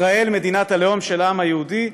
ישראל מדינת הלאום של העם היהודי.